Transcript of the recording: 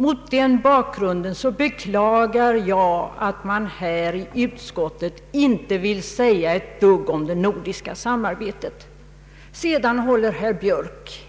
Mot den bakgrunden beklakar jag att man här i utskottet inte vill säga ett dugg om det nordiska samarbetet. Herr Björk